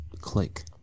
click